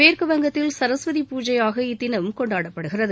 மேற்குவங்கத்தில் சரஸ்வதி பூஜையாக இத்தினம் கொண்டாடப்படுகிறது